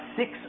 six